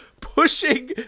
pushing